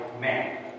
man